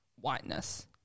whiteness